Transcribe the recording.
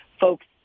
Folks